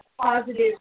positive